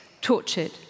tortured